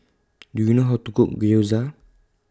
Do YOU know How to Cook Gyoza